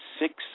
six